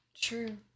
True